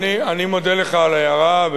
אני מודה לך על ההערה.